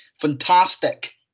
fantastic